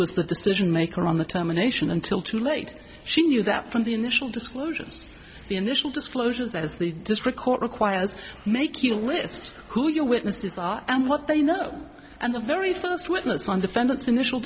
was the decision maker on the terminations until too late she knew that from the initial disclosures the initial disclosures as the district court requires make you list who your witnesses are and what they know and the very first witness on defendant's initial